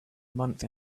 month